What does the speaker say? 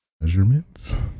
measurements